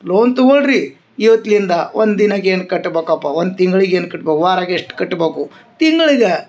loan ತಗೋಳಿ ರೀ ಇವತ್ಲಿಂದ ಒಂದು ದಿನಕ್ಕೆ ಏನು ಕಟ್ಬಕಪ್ಪ ಒನ್ ತಿಂಗ್ಳಿಗ ಏನು ಕಟ್ಬಕು ವಾರಕ್ಕೆ ಎಷ್ಟು ಕಟ್ಬಕು ತಿಂಗಳಿಗೆ